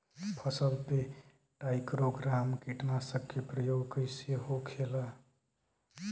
फसल पे ट्राइको ग्राम कीटनाशक के प्रयोग कइसे होखेला?